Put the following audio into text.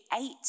eight